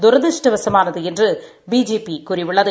தூரதிருஷ்டவசமானது என்று பிஜேபி கூறியுள்ளது